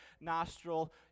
nostril